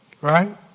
Right